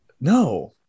No